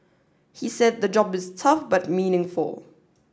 he said the job is tough but meaningful